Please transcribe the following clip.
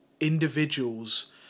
individuals